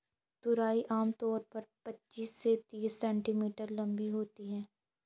तुरई आम तौर पर पचीस से तीस सेंटीमीटर लम्बी होती है